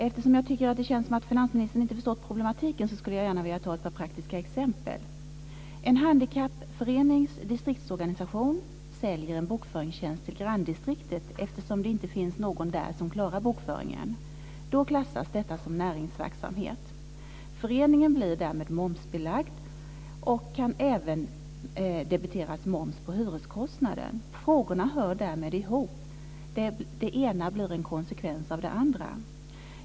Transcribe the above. Eftersom jag tycker att det känns som om finansministern inte har förstått problematiken så skulle jag gärna vilja nämna ett par praktiska exempel. En handikappförenings distriktsorganisation säljer en bokföringstjänst till granndistriktet, eftersom det inte finns någon där som klarar bokföringen. Då klassas detta som näringsverksamhet. Föreningen blir därmed momsbelagd och kan även debiteras moms på hyreskostnaden. Frågorna hör därmed ihop. Det ena blir en konsekvens av det andra.